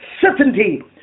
certainty